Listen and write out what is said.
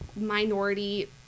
minority